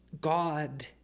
God